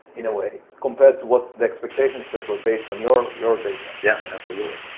in a way, compared to what the expectations that were based on your, your data. yeah. absolutely.